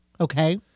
Okay